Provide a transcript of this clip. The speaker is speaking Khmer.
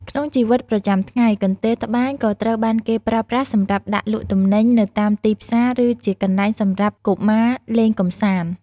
ក្នុងជីវិតប្រចាំថ្ងៃ កន្ទេលត្បាញក៏ត្រូវបានគេប្រើប្រាស់សម្រាប់ដាក់លក់ទំនិញនៅតាមទីផ្សារ ឬជាកន្លែងសម្រាប់កុមារលេងកម្សាន្ត។